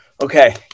okay